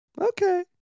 Okay